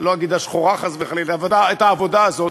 לא אגיד השחורה, חס וחלילה, את העבודה הזאת.